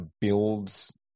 builds